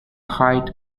height